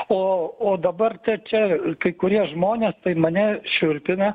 o o dabar te čia kai kurie žmonės mane šiurpina